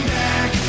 back